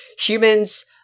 humans